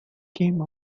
came